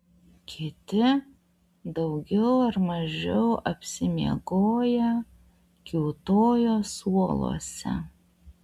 kiti daugiau ar mažiau apsimiegoję kiūtojo suoluose